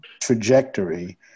trajectory